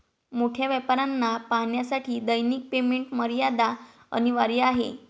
मोठ्या व्यापाऱ्यांना पाहण्यासाठी दैनिक पेमेंट मर्यादा अनिवार्य आहे